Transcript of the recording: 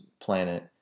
planet